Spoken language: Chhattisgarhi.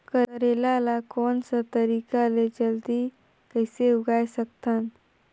करेला ला कोन सा तरीका ले जल्दी कइसे उगाय सकथन?